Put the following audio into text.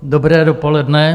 Dobré dopoledne.